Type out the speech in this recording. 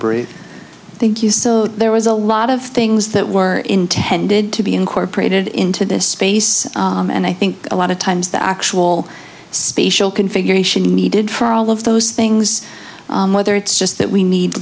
t thank you so there was a lot of things that were intended to be incorporated into this space and i think a lot of times the actual spatial configuration needed for all of those things whether it's just that we need